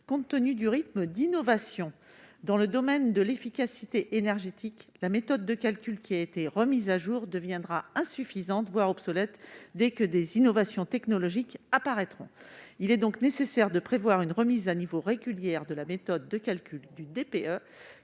Compte tenu du rythme des innovations en matière d'efficacité énergétique, la méthode de calcul qui a été remise à jour deviendra insuffisante, voire obsolète, dès qu'il y aura de nouvelles avancées technologiques. Il est donc nécessaire de prévoir une remise à niveau régulière de la méthode de calcul du DPE,